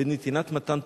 בנתינת מתן תורה.